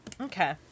Okay